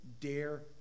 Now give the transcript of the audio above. dare